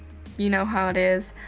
you know how it is.